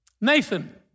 Nathan